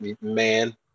man